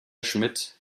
schmidt